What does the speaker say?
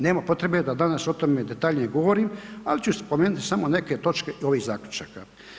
Nema potrebe da danas o tome detaljnije govorim, ali ću spomenuti samo neke točke ovih zaključaka.